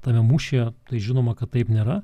tame mūšyje tai žinoma kad taip nėra